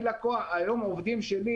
היום עובדים שלי